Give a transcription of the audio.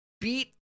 beat